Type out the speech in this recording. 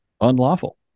unlawful